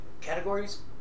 categories